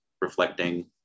reflecting